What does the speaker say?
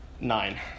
Nine